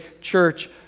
church